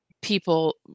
people